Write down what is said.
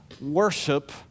worship